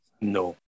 No